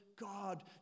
God